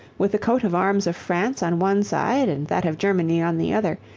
with the coat of arms of france on one side and that of germany on the other,